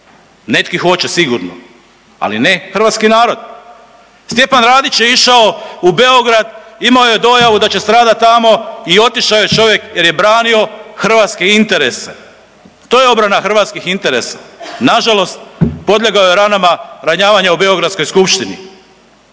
neki hoće sigurno, ali ne hrvatski narod. Stjepan Radić je išao u Beograd, imao je dojavu da će stradati tamo i otišao je čovjek jer je branio hrvatske interese. To je obrana hrvatskih interesa. Nažalost podlijegao je ranama ranjavanja u beogradskoj skupštini.